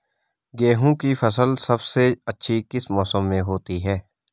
गेहूँ की फसल सबसे अच्छी किस मौसम में होती है